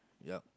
yup